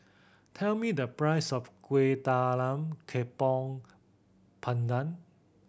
tell me the price of Kueh Talam Tepong Pandan